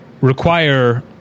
require